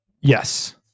Yes